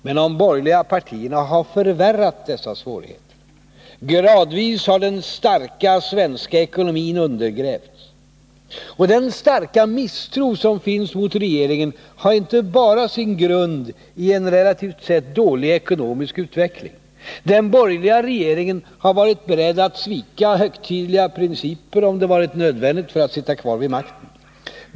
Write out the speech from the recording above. Men de borgerliga partierna har förvärrat dessa svårigheter. Gradvis har den starka svenska ekonomin undergrävts. Den starka misstro som finns mot regeringen har inte bara sin grund i en relativt sett dålig ekonomisk utveckling. Den borgerliga regeringen har varit beredd att svika högtidliga principer, om det varit nödvändigt för att sitta kvar vid makten.